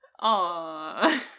Aww